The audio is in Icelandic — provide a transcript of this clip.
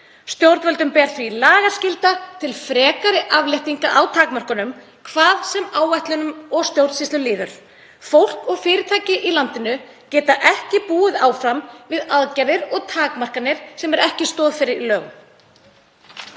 Stjórnvöldum ber því lagaskylda til frekari afléttinga á takmörkunum hvað sem áætlunum og stjórnsýslu líður. Fólk og fyrirtæki í landinu geta ekki búið áfram við aðgerðir og takmarkanir sem ekki er stoð fyrir í lögum.